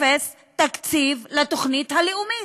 אפס תקציב לתוכנית הלאומית.